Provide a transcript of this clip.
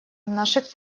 наших